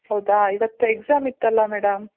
ಹೌದಾ ಇವತ್ತು ಎಗ್ಸಾಮ್ ಇತ್ತಲ್ಲ ಮೇಡಮ್